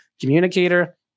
communicator